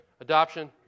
Adoption